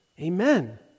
Amen